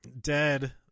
dead